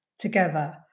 Together